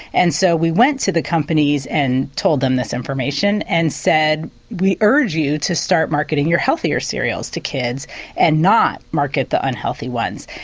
and so we went to the companies and told them this information and said we urge you to start marketing your healthier cereals to kids and not market the unhealthy ones.